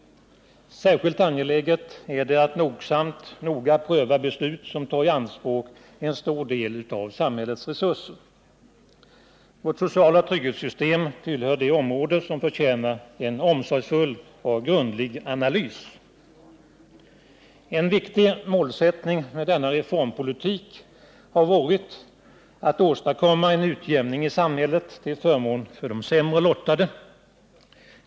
Särskilt angeläget är det att nogsamt pröva beslut som tar i anspråk en stor del av samhällets resurser. Vårt sociala trygghetssystem tillhör det område som förtjänar en omsorgsfull och grundlig analys. En viktig målsättning med denna reformpolitik har varit att åstadkomma en utjämning i samhället till förmån för de sämre lottade.